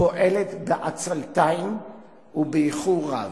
פועלת בעצלתיים ובאיחור רב.